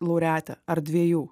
laureatė ar dviejų